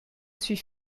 suis